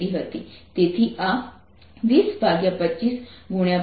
તેથી આ 2025×5 mm છે અને તે 4 mm બહાર આવશે